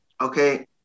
okay